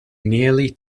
nearly